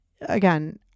again